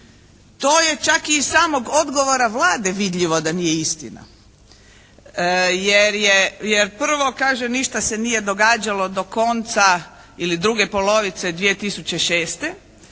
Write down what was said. To je čak i iz samog odgovora Vlade vidljivo da nije istina, jer prvo kaže ništa se nije događalo do konca ili druge polovice 2006.